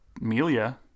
Melia